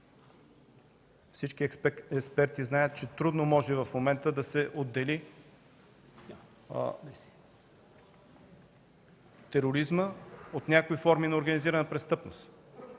Всички експерти знаят, че в момента трудно може да се отдели тероризмът от някои форми на организирана престъпност.